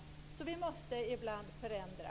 Så vi måste ibland förändra.